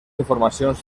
informacions